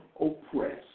oppressed